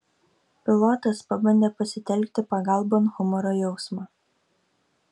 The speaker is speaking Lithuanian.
pilotas pabandė pasitelkti pagalbon humoro jausmą